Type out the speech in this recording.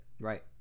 Right